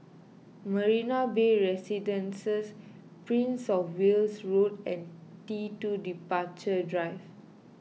Marina Bay Residences Prince of Wales Road and T two Departure Drive